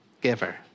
giver